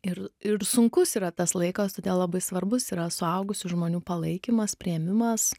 ir ir sunkus yra tas laikas todėl labai svarbus yra suaugusių žmonių palaikymas priėmimas